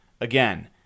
Again